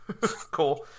Cool